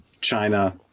china